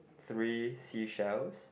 three seashells